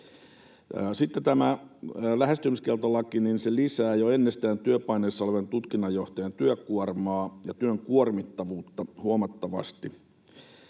Sitten tämä lähestymiskieltolaki lisää jo ennestään työpaineessa olevan tutkinnanjohtajan työkuormaa ja työn kuormittavuutta huomattavasti.